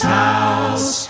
house